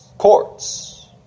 courts